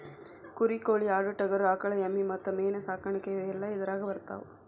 ಕುರಿ ಕೋಳಿ ಆಡು ಟಗರು ಆಕಳ ಎಮ್ಮಿ ಮತ್ತ ಮೇನ ಸಾಕಾಣಿಕೆ ಇವೆಲ್ಲ ಇದರಾಗ ಬರತಾವ